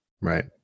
Right